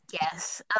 Yes